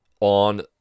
on